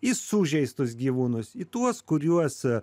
į sužeistus gyvūnus į tuos kuriuos